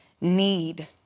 need